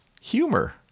Humor